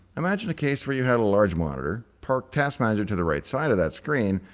imagine a case where you had a large monitor, parked task manager to the right side of that screen,